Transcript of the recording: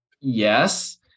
Yes